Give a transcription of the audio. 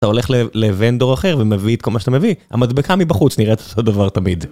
אתה הולך לוונדור אחר ומביא את כל מה שאתה מביא, המדבקה מבחוץ נראית אותו דבר תמיד.